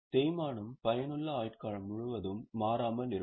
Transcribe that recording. தேய்மானம் பயனுள்ள ஆயுட்காலம் முழுவதும் மாறாமல் இருக்கும்